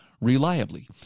reliably